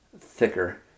thicker